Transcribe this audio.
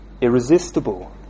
irresistible